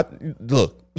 Look